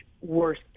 worse